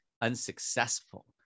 unsuccessful